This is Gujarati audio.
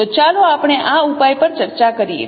તો ચાલો આપણે આ ઉપાય પર ચર્ચા કરીએ